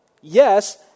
Yes